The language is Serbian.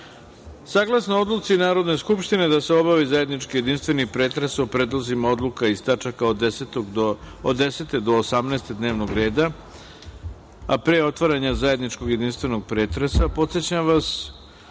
sudstva. Saglasno odluci Narodne skupštine da se obavi zajednički jedinstveni pretres o predlozima odluka iz tačaka od 10. do 18. dnevnog reda, a pre otvaranja zajedničkog jedinstvenog pretresa, podsećam vas,